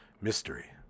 Mystery